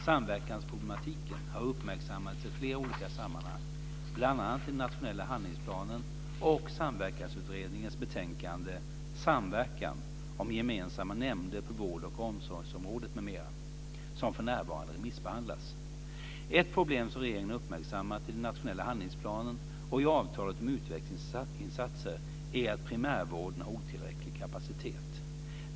Samverkansproblemen har uppmärksammats i flera olika sammanhang, bl.a. i den nationella handlingsplanen och Samverkansutredningens betänkande Samverkan - om gemensamma nämnder på vård och omsorgsområdet m.m. , som för närvarande remissbehandlas. Ett problem som regeringen har uppmärksammat i den nationella handlingsplanen och i avtalet om utvecklingsinsatser är att primärvården har otillräcklig kapacitet.